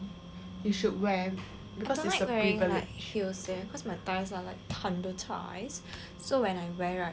I don't like wearing heels eh cause my thighs are like thunder thighs so when I wear right